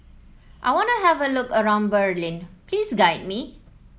I want to have a look around Berlin please guide me